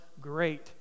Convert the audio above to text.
great